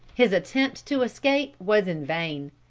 his attempt to escape was in vain.